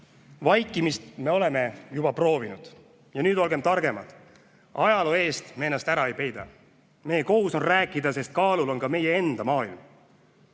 vaikimist me oleme juba proovinud. Nüüd olgem targemad. Ajaloo eest me ennast ära ei peida. Meie kohus on rääkida, sest kaalul on ka meie enda maailm.